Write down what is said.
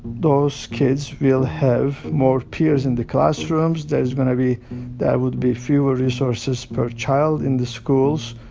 those kids will have more peers in the classrooms. there's going to be there would be fewer resources per child in the schools.